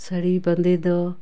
ᱥᱟᱹᱲᱤ ᱵᱟᱸᱫᱮ ᱫᱚ